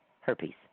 herpes